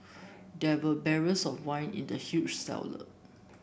there were barrels of wine in the huge cellar